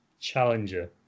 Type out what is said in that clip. challenger